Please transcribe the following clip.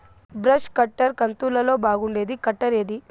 Brush cutter కంతులలో బాగుండేది cutter ఏది?